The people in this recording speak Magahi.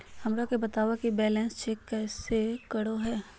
हमरा के बताओ कि बैंक बैलेंस कैसे चेक करो है?